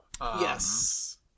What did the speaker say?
Yes